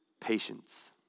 Patience